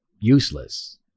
useless